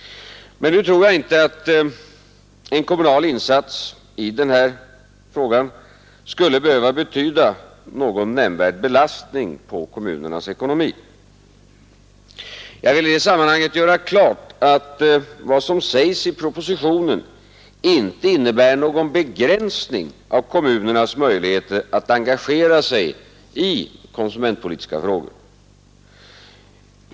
Men nu tror jag inte att en kommunal insats i den här frågan skulle behöva betyda någon nämnvärd belastning på kommunernas ekonomi. Jag vill i det här sammanhanget göra klart att vad som sägs i propositionen inte innebär någon begränsning av kommunernas möjligheter att engagera sig i konsumentpolitiska frågor.